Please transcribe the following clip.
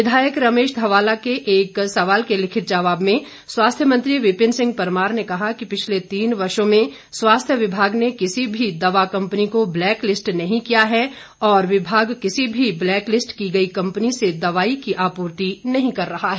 विधायक रमेश धवाला के एक सवाल के लिखित जवाब में स्वास्थ्य मंत्री विपिन सिंह परमार ने कहा कि पिछले तीन वर्षों में स्वास्थ्य विभाग ने किसी भी दवा कंपनी को ब्लैक लिस्ट नहीं किया है और विभाग किसी भी ब्लैक लिस्ट की गई कंपनी से दवाई की आपूर्ति नहीं कर रहा है